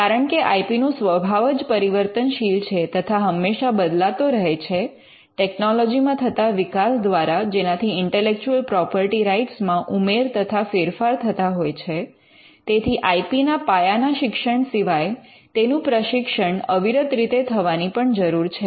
કારણકે I P નો સ્વભાવ જ પરિવર્તનશીલ છે તથા હંમેશા બદલાતો રહે છે ટેકનોલોજી મા થતા વિકાસ દ્વારા જેનાથી ઇન્ટેલેક્ચુઅલ પ્રોપર્ટી રાઇટ્સ માં ઉમેર તથા ફેરફાર થતા હોય છે તેથી આઇ પી ના પાયાના શિક્ષણ સિવાય તેનું પ્રશિક્ષણ અવિરત રીતે થવાની પણ જરૂર છે